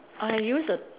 I used a